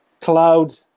cloud